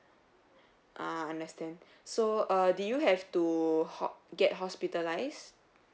ah understand so err do you have to ho~ get hospitalised